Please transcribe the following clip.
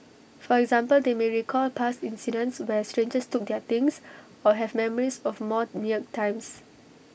for example they may recall past incidents where strangers took their things or have memories of more meagre times